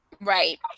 Right